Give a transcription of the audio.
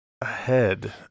ahead